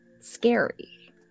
scary